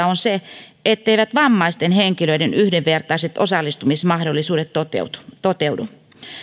on se etteivät vammaisten henkilöiden yhdenvertaiset osallistumismahdollisuudet toteudu toteudu